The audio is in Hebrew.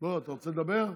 אתה רוצה לדבר?